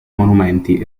monumenti